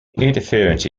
interference